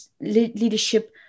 leadership